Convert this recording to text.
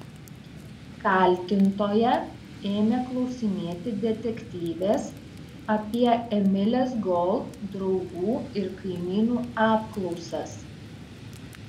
kaltintoja ėmė klausinėti detektyvės apie emilės gold draugų ir kaimynų apklausas